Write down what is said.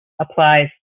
applies